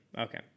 Okay